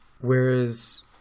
whereas